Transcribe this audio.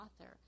author